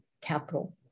Capital